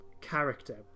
character